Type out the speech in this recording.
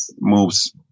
moves